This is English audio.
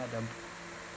at um